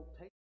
take